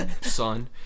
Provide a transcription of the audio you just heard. son